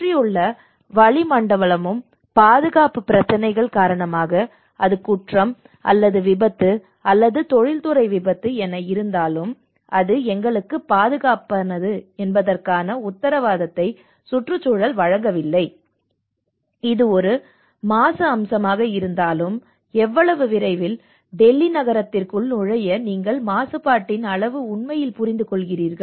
சுற்றியுள்ள வளிமண்டலமும் பாதுகாப்பு பிரச்சினைகள் காரணமாக அது குற்றம் அல்லது விபத்து அல்லது தொழில்துறை விபத்து என இருந்தாலும் அது எங்களுக்கு பாதுகாப்பானது என்பதற்கான உத்தரவாதத்தை சுற்றுச்சூழல் வழங்கவில்லை இது ஒரு மாசு அம்சமாக இருந்தாலும் எவ்வளவு விரைவில் டெல்லி நகரத்திற்குள் நுழைய நீங்கள் மாசுபாட்டின் அளவை உண்மையில் புரிந்துகொள்கிறீர்கள்